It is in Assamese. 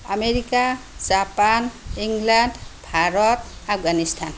America Japan England Bharat Afghanistan